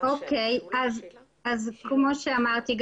כמו שאמרתי,